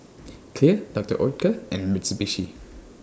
Clear Doctor Oetker and Mitsubishi